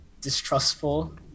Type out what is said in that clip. distrustful